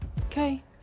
okay